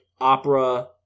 opera